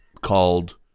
called